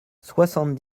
soixante